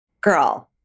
Girl